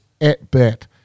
at-bat